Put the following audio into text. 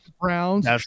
Browns